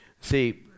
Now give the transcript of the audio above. See